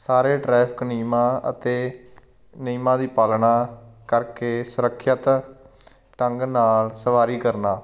ਸਾਰੇ ਟਰੈਫਿਕ ਨਿਯਮਾਂ ਅਤੇ ਨਿਯਮਾਂ ਦੀ ਪਾਲਣਾ ਕਰਕੇ ਸੁਰੱਖਿਅਤ ਢੰਗ ਨਾਲ ਸਵਾਰੀ ਕਰਨਾ